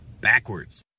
Backwards